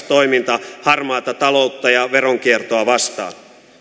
toimintaa harmaata taloutta ja veronkiertoa vastaan